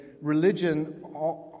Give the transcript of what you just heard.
religion